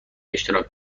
اشتراک